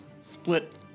split